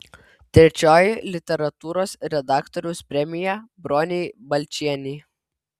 trečioji literatūros redaktoriaus premija bronei balčienei